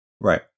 right